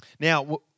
Now